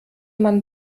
man